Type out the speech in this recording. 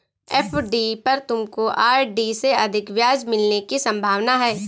FD पर तुमको RD से अधिक ब्याज मिलने की संभावना है